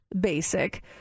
basic